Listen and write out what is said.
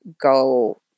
go